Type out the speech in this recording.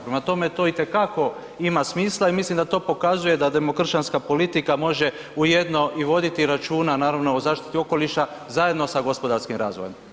Prema tome, to itekako ima smisla i mislim da to pokazuje da demokršćanska politika može ujedno i voditi računa, naravno, o zaštiti okoliša zajedno sa gospodarskim razvojem.